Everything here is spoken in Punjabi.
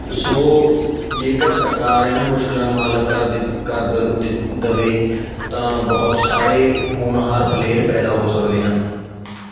ਸੋ ਜੇਕਰ ਸਰਕਾਰ ਇਹਨਾਂ ਮੁਸ਼ਕਿਲਾਂ ਨੂੰ ਹੱਲ ਕਰ ਦਿਤ ਕਰ ਦਵ ਦਿਤ ਦਵੇ ਤਾਂ ਬਹੁਤ ਸਾਰੇ ਹੋਣਹਾਰ ਪਲੇਅਰ ਪੈਦਾ ਹੋ ਸਕਦੇ ਹਨ